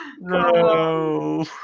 No